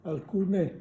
Alcune